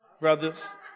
brothers